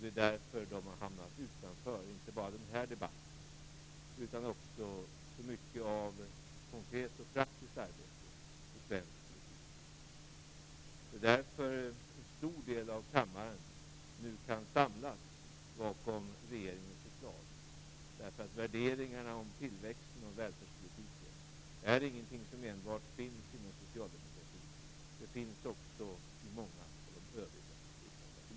Det är därför de har hamnat utanför inte bara den här debatten utan också så mycket av konkret och praktiskt arbete i svensk politik. Det är därför en stor del av kammaren nu kan samlas bakom regeringens förslag. Värderingarna om tillväxten och välfärdspolitiken är ingenting som enbart finns inom socialdemokratin. De finns också i många av de övriga riksdagspartierna.